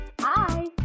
Hi